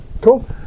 Cool